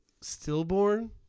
stillborn